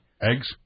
Eggs